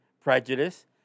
prejudice